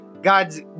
God's